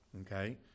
Okay